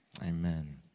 Amen